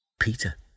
Peter